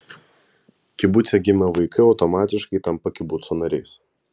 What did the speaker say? kibuce gimę vaikai automatiškai tampa kibuco nariais